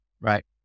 Right